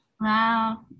Wow